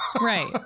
Right